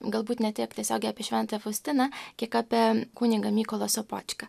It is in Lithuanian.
galbūt ne tiek tiesiogiai apie šventąją faustiną kiek apie kunigą mykolą sopočką